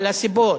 על הסיבות,